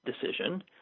decision